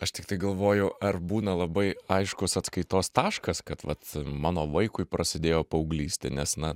aš tiktai galvoju ar būna labai aiškus atskaitos taškas kad vat mano vaikui prasidėjo paauglystė nes na